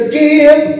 give